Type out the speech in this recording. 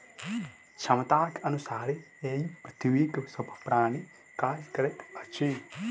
क्षमताक अनुसारे एहि पृथ्वीक सभ प्राणी काज करैत अछि